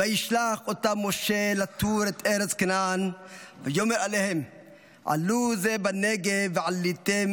משה לתור את ארץ כנען ויאמר אלהם עלו זה בנגב ועליתם